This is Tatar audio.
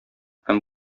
һәм